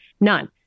None